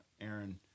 Aaron